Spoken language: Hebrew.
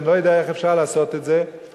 אני לא יודע איך אפשר לעשות את זה כדי,